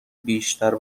بیشتر